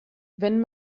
wenn